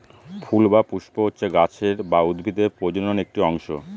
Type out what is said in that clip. ফুল বা পুস্প হচ্ছে গাছের বা উদ্ভিদের প্রজনন একটি অংশ